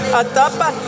atapa